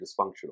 dysfunctional